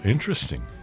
Interesting